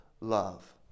love